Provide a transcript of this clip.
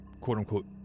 quote-unquote